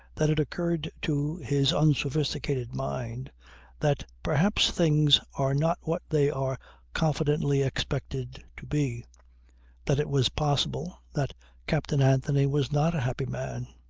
that it occurred to his unsophisticated mind that perhaps things are not what they are confidently expected to be that it was possible that captain anthony was not a happy man.